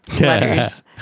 letters